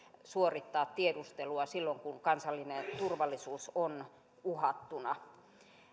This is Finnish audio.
suorittaa tiedustelua silloin kun kansallinen turvallisuus on uhattuna